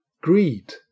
greed